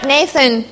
Nathan